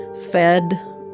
fed